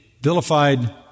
vilified